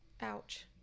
Ouch